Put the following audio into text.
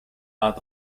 are